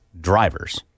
drivers